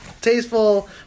tasteful